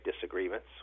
disagreements